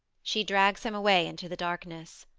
she drags him away into the darkness.